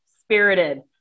spirited